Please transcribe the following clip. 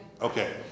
Okay